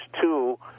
two